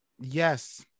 Yes